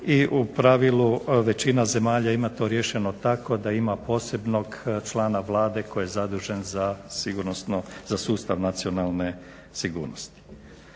I u pravilu većina zemalja ima to riješeno tako da ima posebnog člana Vlade koji je zadužen za sustav nacionalne sigurnosti.